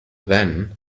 then